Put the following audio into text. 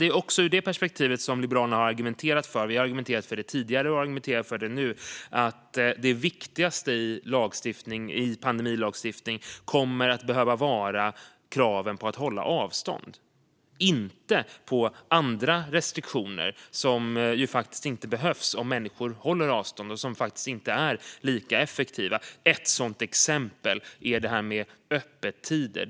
Det är också ur det perspektivet som Liberalerna tidigare argumenterat och nu argumenterar för att det viktigaste i pandemilagstiftningen kommer att behöva vara kraven på att hålla avstånd - inte andra restriktioner, som faktiskt inte behövs om människor håller avstånd och som inte är lika effektiva. Ett sådant exempel är det här med öppettider.